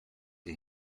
que